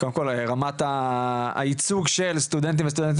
קודם כל רמת הייצוג של סטודנטים וסטודנטיות